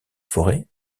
forêts